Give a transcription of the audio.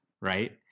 right